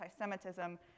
anti-Semitism